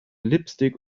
lipstick